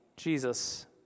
Jesus